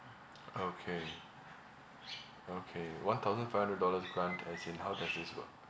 okay okay one thousand five hundred dollars grant as in how does this work